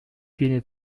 viene